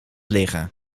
liggen